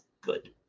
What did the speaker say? good